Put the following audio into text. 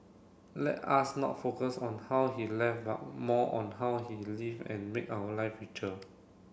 let us not focus on how he left but more on how he lived and made our live richer